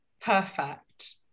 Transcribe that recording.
perfect